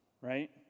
right